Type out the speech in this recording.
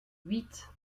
huit